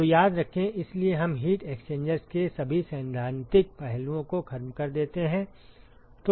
तो याद रखें इसलिए हम हीट एक्सचेंजर्स के सभी सैद्धांतिक पहलुओं को खत्म कर देते हैं